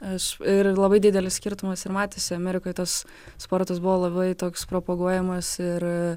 aš ir labai didelis skirtumas ir matėsi amerikoj tas sportas buvo labai toks propaguojamas ir